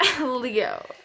leo